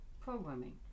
programming